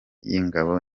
y’ingabo